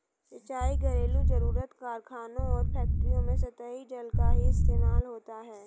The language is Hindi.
सिंचाई, घरेलु जरुरत, कारखानों और फैक्ट्रियों में सतही जल का ही इस्तेमाल होता है